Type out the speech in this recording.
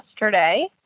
yesterday